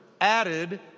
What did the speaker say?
added